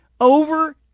over